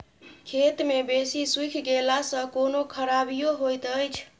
खेत मे बेसी सुइख गेला सॅ कोनो खराबीयो होयत अछि?